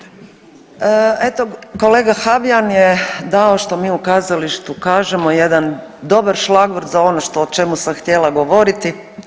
Eto kolega Habijan je dao što mi u kazalištu kažemo jedan dobar šlagvort za ono što, o čemu sam htjela govoriti.